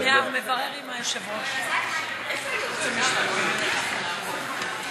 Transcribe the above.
חברות וחברים, תם סדר-היום.